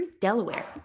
Delaware